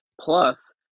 plus